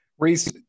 Reese